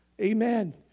Amen